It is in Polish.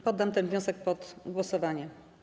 Poddam ten wniosek pod głosowanie.